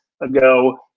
ago